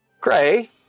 gray